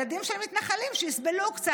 ילדים של מתנחלים, שיסבלו קצת.